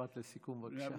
משפט לסיכום, בבקשה.